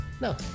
no